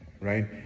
right